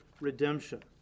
redemption